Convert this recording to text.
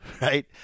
right